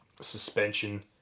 suspension